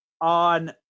on –